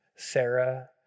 Sarah